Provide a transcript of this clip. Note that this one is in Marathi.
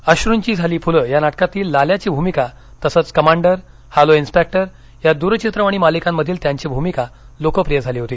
अश्रृंची झाली फूले या नाटकातील लाल्याची भूमिका तसंच कमांडर हॅलो इन्स्पेक्टर या दूरचित्रवाणी मालिकांमधील त्यांची भूमिका लोकप्रिय झाली होती